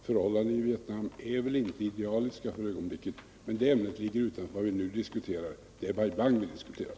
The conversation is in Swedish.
Förhållandena i Vietnam är väl inte idealiska för ögonblicket, men det ämnet ligger utanför vad vi nu diskuterar. Det är Bai Bang vi här diskuterar.